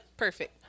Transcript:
perfect